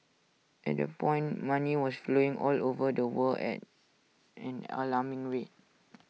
at that point money was flowing all over the world at an alarming rate